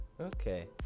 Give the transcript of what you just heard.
okay